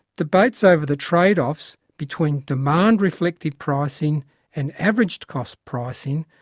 debates over the trade-offs between demand-reflective pricing and average-cost pricing,